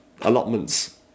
allotments